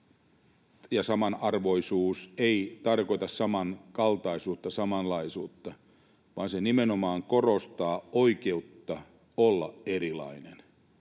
samanarvoisuus ei tarkoita samankaltaisuutta, samanlaisuutta, vaan se nimenomaan korostaa oikeutta olla erilainen.